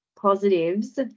positives